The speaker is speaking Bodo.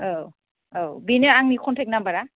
औ औ बेनो आंनि कन्टेक्त नाम्बारा